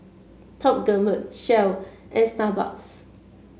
Top Gourmet Shell and Starbucks